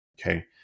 Okay